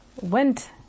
went